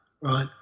right